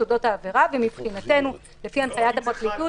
מבחינתנו לפי הנחיית הפרקליטות